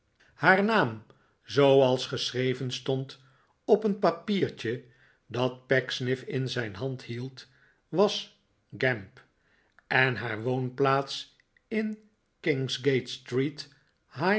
haar haam zooals geschreven stond op een papiertje dat pecksniff in zijn hand hiel'd was gamp en haar woonplaats in kingsgate street